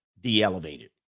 de-elevated